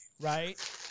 right